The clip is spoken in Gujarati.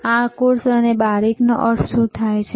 તો આ કોર્સ અને બારીકનો અર્થ શું છે